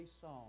psalm